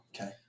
Okay